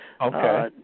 Okay